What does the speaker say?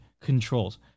controls